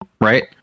right